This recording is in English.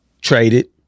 traded